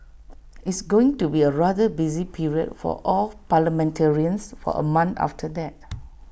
it's going to be A rather busy period for all parliamentarians for A month after that